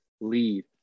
lead